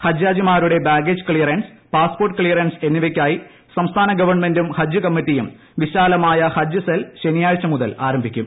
ഹജ്ജാജിമാരുടെ baggage clearance passport clearance എന്നിവയ്ക്കായി സംസ്ഥാന ക്രവൺമെന്റും ഹജ്ജ് കമ്മിറ്റിയും വിശാലമായ ഹജ്ജ് സെൽ ശനിയാഴ്ച മുതൽ ആരംഭിക്കും